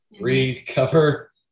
recover